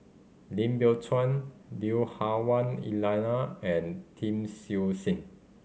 Lim Biow Chuan Lui Hah Wah Elena and Tan Siew Sin